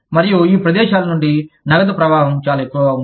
మరియుఈ ప్రదేశాల నుండి నగదు ప్రవాహం చాలా ఎక్కువ ఉంది